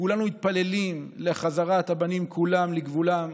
כולנו מתפללים לחזרת הבנים כולם לגבולם,